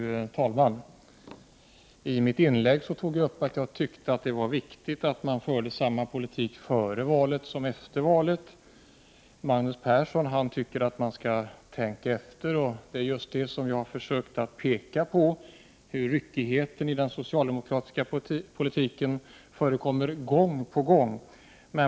Fru talman! I mitt huvudinlägg sade jag att det är viktigt att man för samma politik efter valet som före valet. Magnus Persson tycker att man skall tänka efter. Just det försökte jag peka på. Ryckigheten i den socialdemokratiska bostadspolitiken visar sig gång på gång.